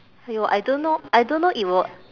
!aiyo! I don't know I don't know it will